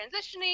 transitioning